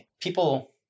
People